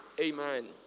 Amen